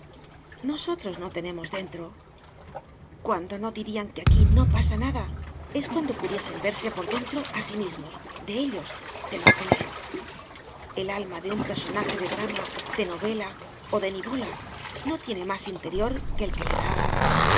nosotros no tenemos dentro cuando no dirían que aquí no pasa nada es cuando pudiesen verse por dentro de sí mismos de ellos de los que leen el alma de un personaje de drama de novela o de nivola no tiene más interior que el que le da